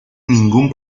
ningún